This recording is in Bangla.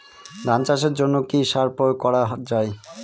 ধান চাষের জন্য কি কি সার প্রয়োগ করা য়ায়?